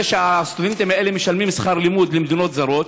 שהסטודנטים האלה משלמים שכר לימוד למדינות זרות.